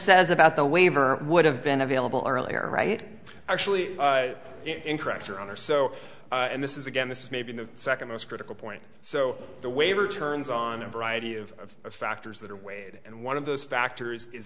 says about the waiver would have been available earlier right actually incorrect your honor so and this is again this may be the second most critical point so the waiver turns on a variety of factors that are weighed and one of those factors is